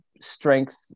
strength